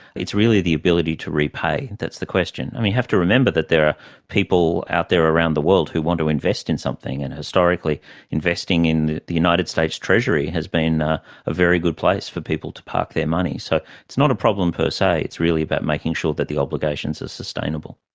it's really the ability to repay, that's the question. you have to remember that there are people out there around the world who want to invest in something, and historically investing in the united states treasury has been ah a very good place for people to park their money. so it's not a problem per se, it's really about making sure that the obligations are sustainable.